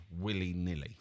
willy-nilly